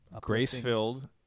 grace-filled